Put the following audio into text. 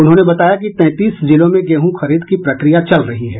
उन्होंने बताया कि तैंतीस जिलों में गेहूँ खरीद की प्रक्रिया चल रही है